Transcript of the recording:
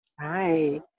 Hi